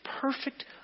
perfect